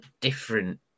different